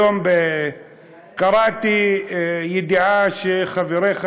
היום קראתי ידיעה שחברך,